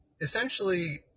essentially